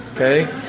okay